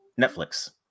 netflix